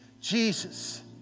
Jesus